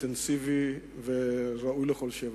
אינטנסיבי וראוי לכל שבח.